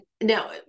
now